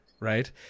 Right